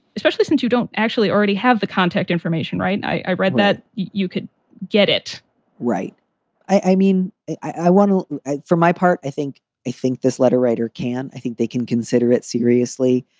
especially since you don't actually already have the contact information. right. i read that you could get it right i mean, i want to for my part, i think i think this letter writer can i think they can consider it seriously